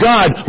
God